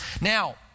Now